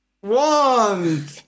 one